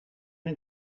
een